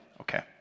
Okay